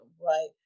right